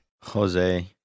Jose